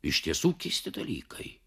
iš tiesų keisti dalykai